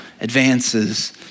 advances